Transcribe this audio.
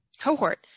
cohort